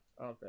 Okay